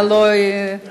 אתה לא הצלחת?